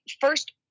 first